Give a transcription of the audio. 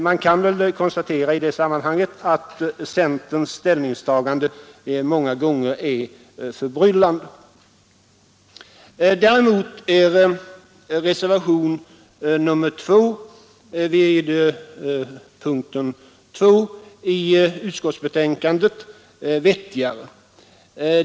Man kan väl i det sammanhanget konstatera att centerns ställningstaganden många gånger är förbryllande. Reservationen 2 vid punkten 2 i utskottets betänkande är vettigare.